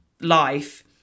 life